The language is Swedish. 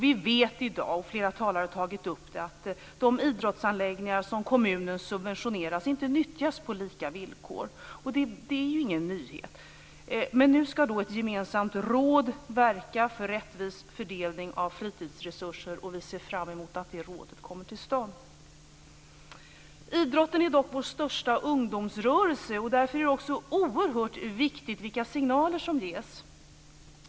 Vi vet i dag, som flera talare har tagit upp, att de idrottsanläggningar som kommunen subventionerar inte nyttjas på lika villkor. Det är ingen nyhet. Nu ska ett gemensamt råd verka för rättvis fördelning av fritidsresurser. Vi ser fram emot att det rådet kommer till stånd. Idrotten är dock vår största ungdomsrörelse. Därför är det oerhört viktigt vilka signaler som ges.